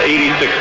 86